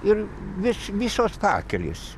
ir vis visos pakelės